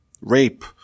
rape